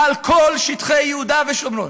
על כל שטחי יהודה ושומרון.